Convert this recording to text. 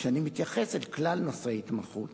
כשאני מתייחס אל כלל נושא ההתמחות